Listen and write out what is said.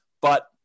but-